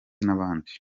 n’abandi